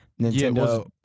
Nintendo